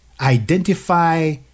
Identify